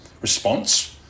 response